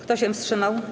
Kto się wstrzymał?